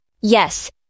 Yes